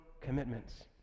commitments